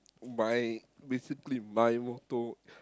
by basically by motor